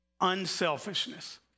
unselfishness